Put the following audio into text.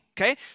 Okay